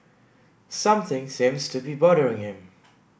something seems to be bothering him